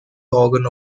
organ